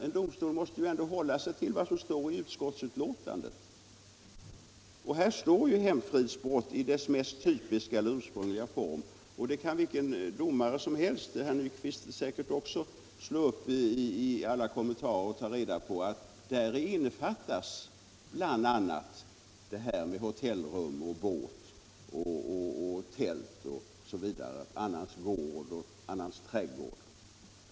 En domstol måste ju ändå hålla sig till vad som står i utskottsbetänkandet, och där står ”hemfridsbrott i dess mest typiska eller ursprungliga form”. Vilken domare som helst —- och säkerligen även herr Nyquist — kan slå upp i alla kommentarer och läsa att däri innefattas bl.a. hotellrum, båt, tält, annans gård, annans trädgård osv.